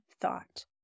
thought